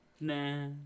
Nah